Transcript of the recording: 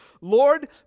Lord